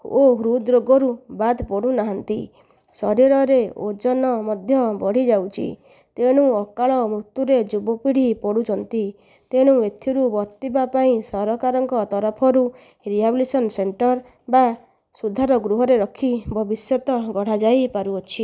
ଓ ହୃଦ୍ ରୋଗରୁ ବାଦ ପଡ଼ୁନାହାନ୍ତି ଶରୀରରେ ଓଜନ ମଧ୍ୟ ବଢ଼ି ଯାଉଛି ତେଣୁ ଅକାଳ ମୃତ୍ୟୁରେ ଯୁବ ପିଢ଼ି ପଡ଼ୁଛନ୍ତି ତେଣୁ ଏଥିରୁ ବର୍ତିବା ପାଇଁ ସରକାରଙ୍କ ତରଫରୁ ରିହାବିଲିଟେଶନ ସେଣ୍ଟର ବା ସୁଧାର ଗୃହରେ ରଖି ଭବିଷ୍ୟତ ଗଢ଼ା ଯାଇ ପାରୁଅଛି